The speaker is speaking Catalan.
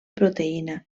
proteïna